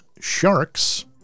Sharks